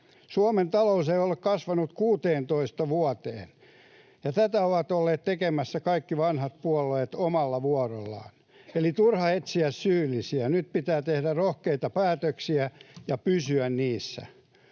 Suomen talous ei ole kasvanut 16 vuoteen, ja tätä ovat olleet tekemässä kaikki vanhat puolueet omalla vuorollaan. Eli on turha etsiä syyllisiä, nyt pitää tehdä rohkeita päätöksiä ja pysyä niissä.